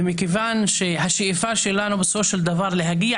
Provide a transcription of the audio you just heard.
ומכיוון שהשאיפה שלנו בסופו של דבר להגיע